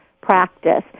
practice